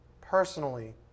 personally